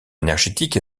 énergétique